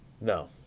No